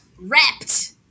Wrapped